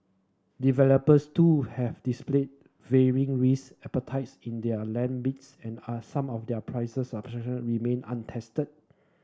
developers too have displayed varying risk appetites in their land bids and are some of their prices remain untested